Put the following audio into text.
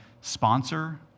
sponsor